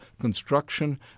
construction